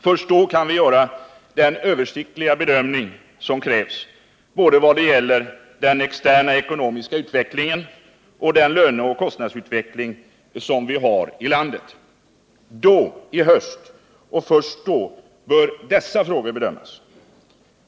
Först då kan vi göra den översiktliga bedömning som krävs — både vad gäller den externa ekonomiska utvecklingen och vad gäller den löneoch kostnadsutveckling som vi har i landet. Då, i höst — och först då — bör dessa frågor bedömas.